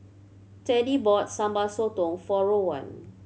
Teddie bought Sambal Sotong for Rowan